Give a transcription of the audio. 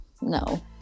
no